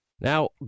Now